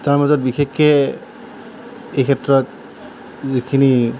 তাৰমাজত বিশেষকৈ এইক্ষেত্ৰত যিখিনি